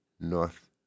North